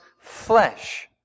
flesh